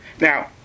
Now